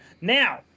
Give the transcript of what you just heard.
now